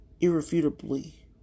Irrefutably